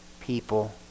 people